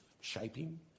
shaping